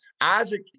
Isaac